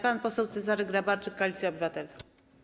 Pan poseł Cezary Grabarczyk, Koalicja Obywatelska.